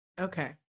Okay